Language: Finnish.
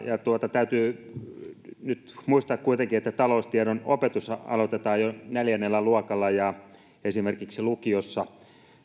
täytyy nyt muistaa kuitenkin että taloustiedon opetus aloitetaan jo neljännellä luokalla ja esimerkiksi lukiossa